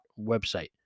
website